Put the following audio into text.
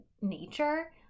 nature